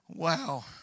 wow